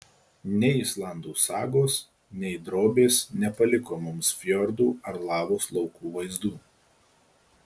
nei islandų sagos nei drobės nepaliko mums fjordų ar lavos laukų vaizdų